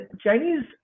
Chinese